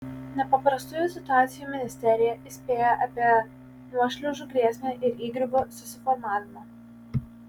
nepaprastųjų situacijų ministerija įspėja apie nuošliaužų grėsmę ir įgriuvų susiformavimą